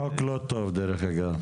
חוק לא טוב, דרך אגב.